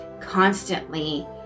constantly